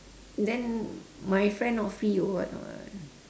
then my friend not free or what [what]